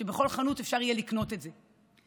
שבכל חנות אפשר יהיה לקנות את זה.